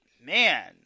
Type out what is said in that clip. man